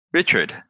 Richard